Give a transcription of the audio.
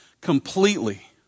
completely